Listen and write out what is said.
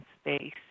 space